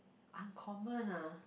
uncommon lah